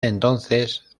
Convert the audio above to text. entonces